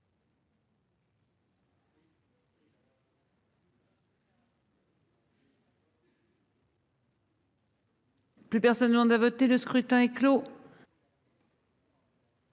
Plus personne lambda voté le scrutin est clos.